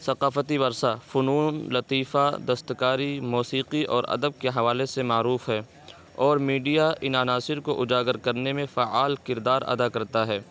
ثقافتی ورثہ فنون لطیفہ دستکاری موسیقی اور ادب کے حوالے سے معروف ہے اور میڈیا ان عناصر کا اجاگر کرنے میں فعال کردار ادا کرتا ہے